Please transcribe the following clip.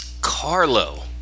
Carlo